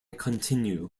continue